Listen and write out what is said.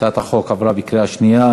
הצעת החוק עברה בקריאה שנייה.